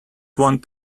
want